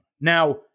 Now